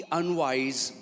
unwise